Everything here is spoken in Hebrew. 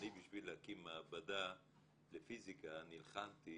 אני, בשביל להקים מעבדה לפיזיקה נלחמתי